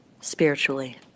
Spiritually